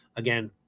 again